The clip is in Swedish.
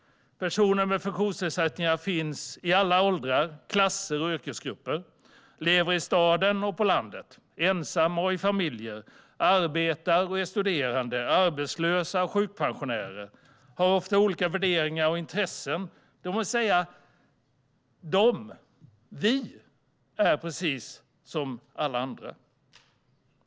Personer med funktionsnedsättningar finns i alla åldrar, klasser och yrkesgrupper. De lever i staden och på landet, ensamma och i familjer. De arbetar, studerar, är arbetslösa och sjukpensionärer. De har olika värderingar och intressen - det vill säga: De är precis som alla andra.